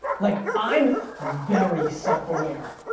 like, i'm very self-aware.